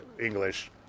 English